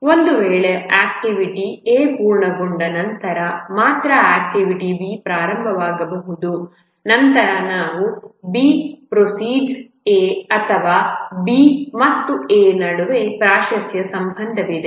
ಒಂದು ವೇಳೆ activity A ಪೂರ್ಣಗೊಂಡ ನಂತರ ಮಾತ್ರ ಆಕ್ಟಿವಿಟಿ B ಪ್ರಾರಂಭವಾಗಬಹುದು ನಂತರ ನಾವು B ಪ್ರೊಸೆಯೆಡ್ಸ್ A ಅಥವಾ ಅಥವಾ B ಮತ್ತು A ನಡುವೆ ಪ್ರಾಶಸ್ತ್ಯ ಸಂಬಂಧವಿದೆ